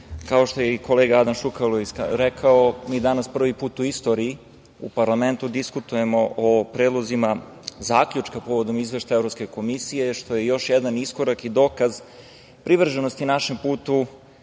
kao što je kolega Adam Šukalo rekao – mi danas prvi put u istoriji u parlamentu diskutujemo o predlogu zaključka povodom Izveštaja Evropske komisije, što je još jedan iskorak i dokaz privrženosti našem putu